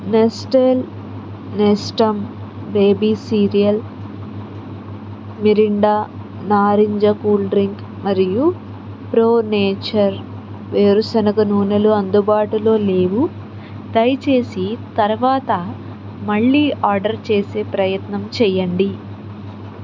Mirinda నారింజ cool drink మరియు Pro Nature వేరుశనగ నూనెలు అందుబాటులో లేవు దయచేసి తరువాత మళ్ళీ ఆర్డర్ చేసే ప్రయత్నం చేయండి